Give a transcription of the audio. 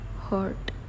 hurt